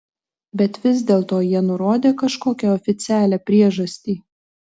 bet vis dėlto jie nurodė kažkokią oficialią priežastį